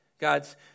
God's